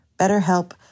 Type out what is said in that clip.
BetterHelp